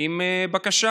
עם בקשה